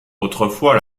autrefois